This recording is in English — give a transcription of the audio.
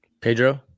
Pedro